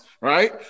right